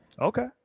Okay